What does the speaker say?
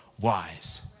wise